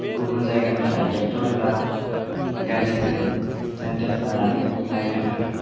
गुबुन जायगानिफ्राय ट्रेक्टर एबा गारिजों सेन्डटेक्स लानानै लायनो थाङो